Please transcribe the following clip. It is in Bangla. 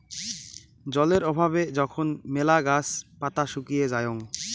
জলের অভাবে যখন মেলা গাছ পাতা শুকিয়ে যায়ং